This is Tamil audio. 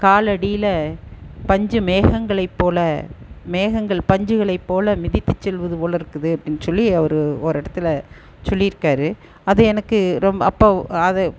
காலடியில் பஞ்சு மேகங்களைப் போல் மேகங்கள் பஞ்சுகளை போல் மிதித்து செல்வது போலேருக்குது அப்படின் சொல்லி அவர் ஓரடத்தில் சொல்லிர்கார் அது எனக்கு ரொம்ப அப்போ அது